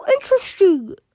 interesting